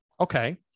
Okay